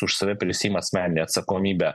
už save prisiima asmeninę atsakomybę